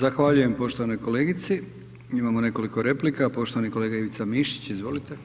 Zahvaljujem poštovanoj kolegici, imamo nekoliko replika, poštovani kolega Ivica Mišić, izvolite.